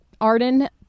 Arden